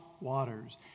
waters